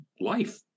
life